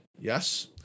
Yes